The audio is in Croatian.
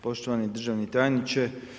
Poštovani državni tajniče.